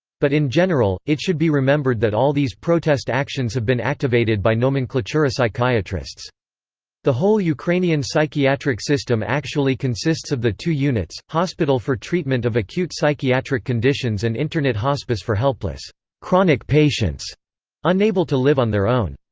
but in general, it should be remembered that all these protest actions have been activated by nomenklatura psychiatrists the whole ukrainian psychiatric system actually consists of the two units hospital for treatment of acute psychiatric conditions and internat-hospice for helpless chronic patients unable to live on their own.